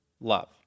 love